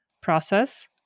process